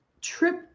trip